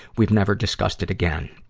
we've never discussed it again.